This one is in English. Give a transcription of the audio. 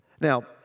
Now